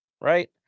right